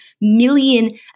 million